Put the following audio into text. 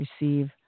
receive